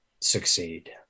succeed